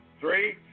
three